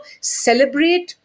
celebrate